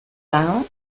wahr